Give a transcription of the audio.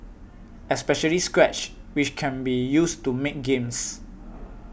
especially Scratch which can be used to make games